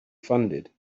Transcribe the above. funded